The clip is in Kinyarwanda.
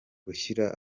gushyira